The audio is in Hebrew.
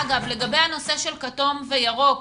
אגב, לגבי הנושא של כתום וירוק,